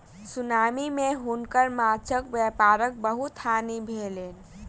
tsunami मे हुनकर माँछक व्यापारक बहुत हानि भेलैन